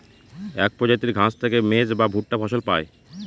এক প্রজাতির ঘাস থেকে মেজ বা ভুট্টা ফসল পায়